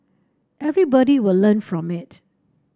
everybody will learn from it